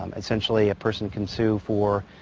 um essentially a person can sue for